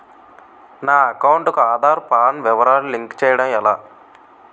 నా అకౌంట్ కు ఆధార్, పాన్ వివరాలు లంకె ఎలా చేయాలి?